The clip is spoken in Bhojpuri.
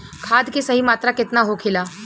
खाद्य के सही मात्रा केतना होखेला?